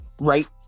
right